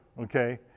okay